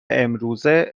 امروزه